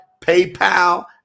PayPal